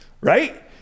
Right